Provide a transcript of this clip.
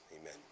amen